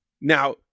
Now